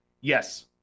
Yes